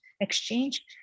exchange